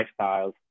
lifestyles